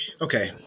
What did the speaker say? okay